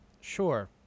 Sure